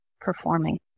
performing